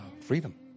freedom